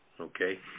Okay